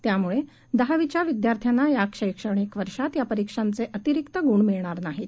त्यामुळे दहावीच्या विद्यार्थ्यांना या शैक्षणिक वर्षात या परीक्षांचे अतिरीक्त गुण मिळणार नाहीत